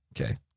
Okay